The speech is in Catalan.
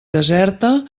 deserta